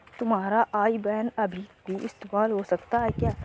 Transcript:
तुम्हारा IBAN अभी भी इस्तेमाल हो सकता है क्या?